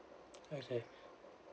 okay